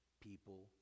people